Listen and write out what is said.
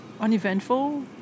uneventful